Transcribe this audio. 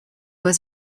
was